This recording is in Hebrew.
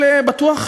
אני לא אוהב אותו.